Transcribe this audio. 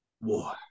war